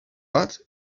but